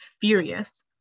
furious